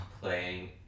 playing